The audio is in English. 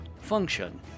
function